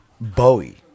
bowie